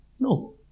No